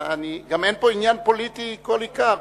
גם אין פה עניין פוליטי כל עיקר.